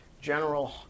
General